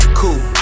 cool